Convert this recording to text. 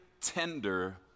tender